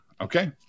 okay